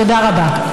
תודה רבה.